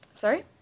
sorry